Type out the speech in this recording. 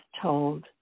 told